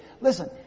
Listen